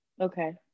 okay